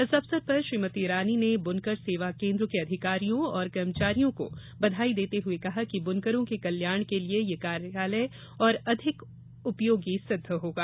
इस अवसर पर श्रीमती ईरानी ने बुनकर सेवा केंद्र के अधिकारियों और कर्मचारियो को बधाई देते हये कहा कि बुनकरों के कल्याण के लिए यह कार्यालय और अधिक उपयोगी सिद्ध होगा